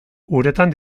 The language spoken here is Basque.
uretan